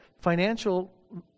financial